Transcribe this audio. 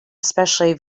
especially